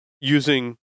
using